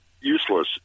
useless